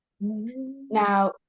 Now